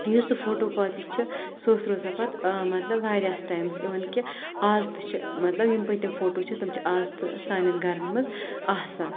یُس سُہ photocopy چھِ سۄ ٲس روزان پَتہٕ واریاہس ٹایِمَس اِوٕن کہِ آز تہِ چھِ مطلب یم پٔتِم فوٹو چھِ تِم چھِ آز تہِ سانؠن گرَن منز آسان